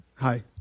Hi